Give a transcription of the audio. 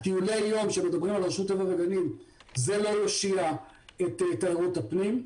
טיולי היום שמדברים ברשות הטבע והגנים לא יושיעו את תיירות הפנים.